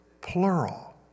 Plural